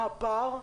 מה הפער,